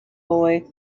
boy